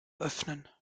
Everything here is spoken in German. öffnen